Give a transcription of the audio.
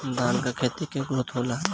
धान का खेती के ग्रोथ होला?